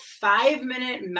five-minute